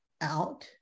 out